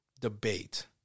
debate